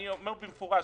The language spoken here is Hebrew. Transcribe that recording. אני אומר במפורש,